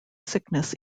sickness